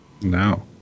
No